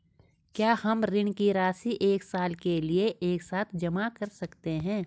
क्या हम ऋण की राशि एक साल के लिए एक साथ जमा कर सकते हैं?